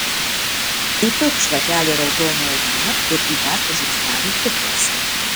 įpilk šlakelį raudonojo vyno ir įberk žiupsnelį cukraus